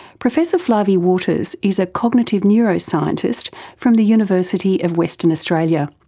professor flavie waters is a cognitive neuroscientist from the university of western australia.